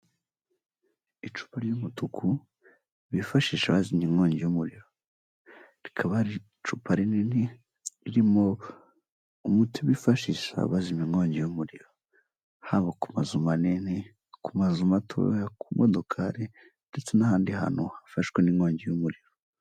Icupa ry'umutuku bifashisha bazimya inkongi y'umuriro rikaba ari icupa rinini ririmo umuti wifashisha bazimya inkongi y'umuriro haba ku mazu manini ku mazu mato ku modokari ndetse n'ahandi hantu hafashwe n'inkongi y'umuriro.